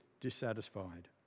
dissatisfied